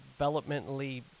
developmentally